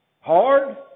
Hard